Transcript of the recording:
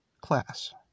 class